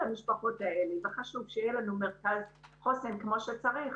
המשפחות האלה ולכן חשוב שיהיה לנו מרכז חוסן כמו שצריך.